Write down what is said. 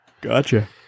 gotcha